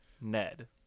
Ned